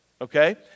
okay